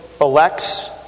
elects